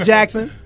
Jackson